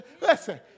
Listen